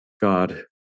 God